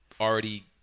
already